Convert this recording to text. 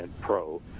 pro